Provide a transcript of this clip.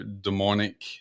demonic